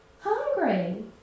Hungry